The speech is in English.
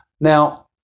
Now